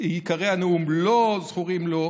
עיקרי הנאום לא זכורים לו,